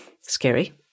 Scary